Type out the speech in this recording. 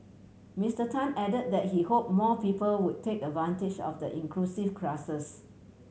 Mister Tan add that he hope more people would take advantage of the inclusive classes